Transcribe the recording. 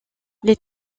les